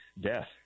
death